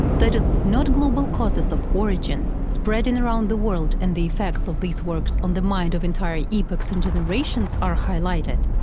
that is, not global causes of origin, spreading around the world and the effects of these works on the minds of entire epochs and generations are highlighted,